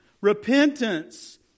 repentance